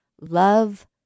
love